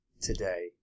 today